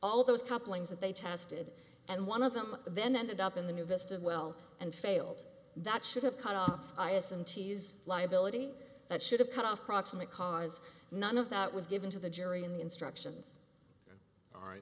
all those couplings that they tested and one of them then ended up in the new vista well and failed that should have cut off i assume to use liability that should have cut off proximate cause none of that was given to the jury in the instructions are